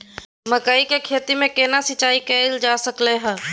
मकई की खेती में केना सिंचाई कैल जा सकलय हन?